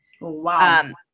Wow